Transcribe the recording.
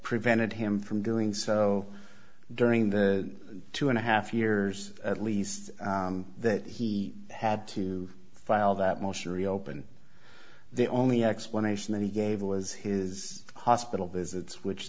prevented him from doing so during the two and a half years at least that he had to file that motion reopen the only explanation that he gave was his hospital visits which